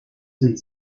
sind